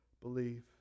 believe